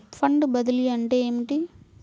Fund బదిలీ అంటే ఏమిటి?